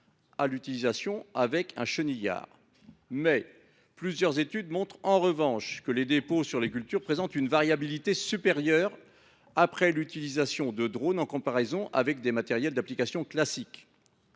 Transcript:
celle d’un chenillard, plusieurs études montrent, en revanche, que les dépôts sur les cultures présentent une variabilité supérieure après l’utilisation de drones qu’avec des matériels d’application classiques.